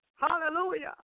Hallelujah